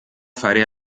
fare